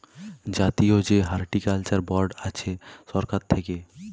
জাতীয় যে horticulture board আছে সরকার থাক্যে